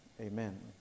Amen